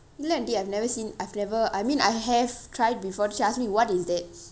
இல்லை:illai aunty I have never seen I have never I mean I have tried before then she ask me what is that